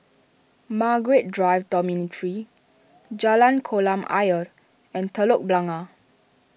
Margaret Drive Dormitory Jalan Kolam Ayer and Telok Blangah